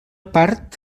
part